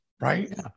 right